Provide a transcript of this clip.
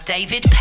David